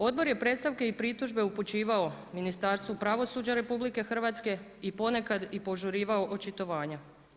Odbor je predstavke i pritužbe upućivao Ministarstvu pravosuđa RH i ponekad i požurivao očitovanja.